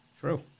True